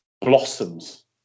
blossoms